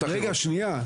לא, רגע, שנייה.